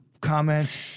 comments